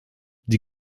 die